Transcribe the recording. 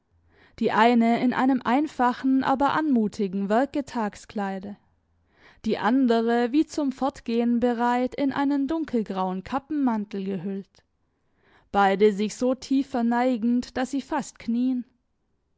die eine in einem einfachen aber anmutigen werkeltagskleide die andere wie zum fortgehen bereit in einen dunkelgrauen kappenmantel gehüllt beide sich so tief verneigend daß sie fast knieen